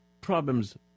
problems